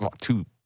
two